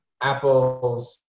apples